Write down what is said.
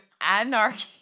anarchy